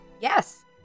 Yes